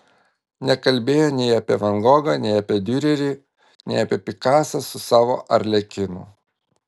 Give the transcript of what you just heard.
nekalbėjo nei apie van gogą nei apie diurerį nei apie pikasą su savo arlekinu